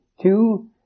two